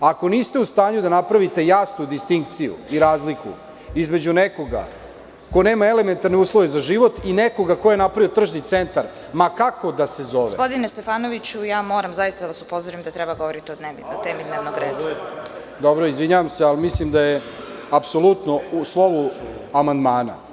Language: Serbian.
Ako niste u stanju da napravite jasnu distinkciju i razliku između nekoga ko nema elementarne uslove za život i nekoga ko je napravio tržni centar, ma kako da se zove… (Predsedavajuća: Gospodine Stefanoviću, moram da vas zaista upozorim da treba da govorite o dnevnog reda.) Dobro, izvinjavam se, ali mislim da je apsolutno u slovu amandmana.